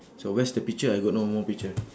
so where's the picture I got no more picture